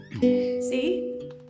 See